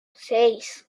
seis